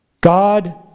God